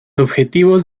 objetivos